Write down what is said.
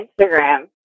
instagram